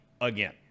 again